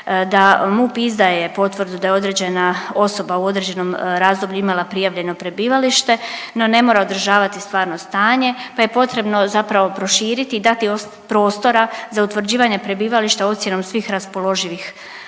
da MUP izdaje potvrdu da je određena osoba u određenom razdoblju imala prijavljeno prebivalište, no ne mora održavati stvarno stanje, pa je potrebno zapravo proširiti i dati prostora za utvrđivanje prebivališta ocjenom svih raspoloživih